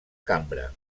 cambra